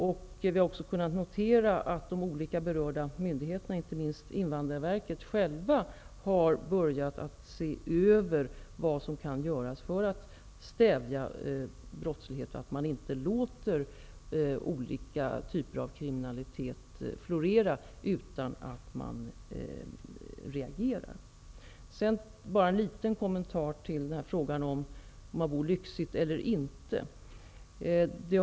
Man kan också notera att de olika berörda myndigheterna, inte minst Invandrarverket, själva har börjat att se över vad som kan göras för att stävja brottslighet, så att man inte låter olika typer av kriminalitet florera utan att någon reagerar. Sedan vill jag bara något kommentera frågan om att bo lyxigt eller inte.